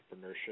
entrepreneurship